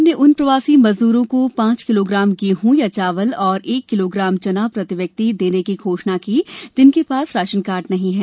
सरकार ने उन प्रवासी मजदूरों को पांच किलोग्राम गेंह या चावल और एक किलोग्राम चना प्रति व्यक्ति देने की घोषणा की जिनके पास राशन कार्ड नहीं है